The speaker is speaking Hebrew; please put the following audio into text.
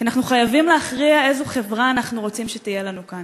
כי אנחנו חייבים להכריע איזו חברה אנחנו רוצים שתהיה לנו כאן,